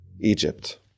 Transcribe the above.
Egypt